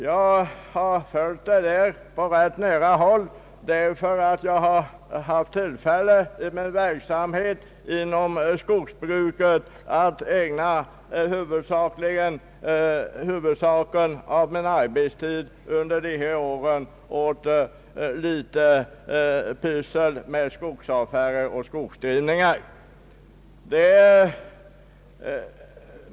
Jag har följt denna utveckling på rätt nära håll därför att jag har haft tillfälle att i min verksamhet inom skogsbruket ägna huvuddelen av min arbetstid under dessa år åt en del skogsaffärer och skogsdrivningar.